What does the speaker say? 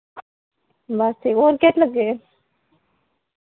बस ठीक और कित लग्गे दे